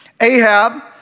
Ahab